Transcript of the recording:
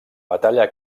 batalla